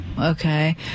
Okay